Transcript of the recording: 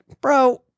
bro